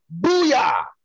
Booyah